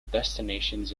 destinations